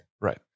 right